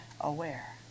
aware